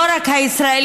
לא רק הישראלית,